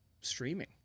streaming